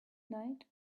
night